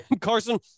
Carson